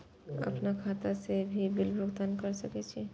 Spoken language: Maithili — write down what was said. आपन खाता से भी बिल भुगतान कर सके छी?